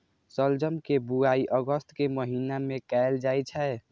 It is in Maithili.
शलजम के बुआइ अगस्त के महीना मे कैल जाइ छै